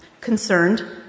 concerned